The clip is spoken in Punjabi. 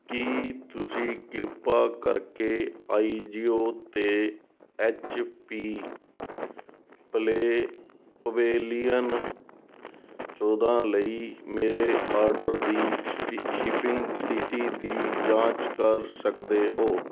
ਕੀ ਤੁਸੀਂ ਕਿਰਪਾ ਕਰਕੇ ਆਈਜੀਓ 'ਤੇ ਐਚ ਪੀ ਪਲੇ ਪਵੇਲੀਅਨ ਚੌਂਦਾ ਲਈ ਮੇਰੇ ਆਡਰ ਦੀ ਸ਼ਿ ਸ਼ਿਪਿੰਗ ਸਥਿਤੀ ਦੀ ਜਾਂਚ ਕਰ ਸਕਦੇ ਹੋ